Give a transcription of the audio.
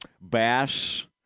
Bass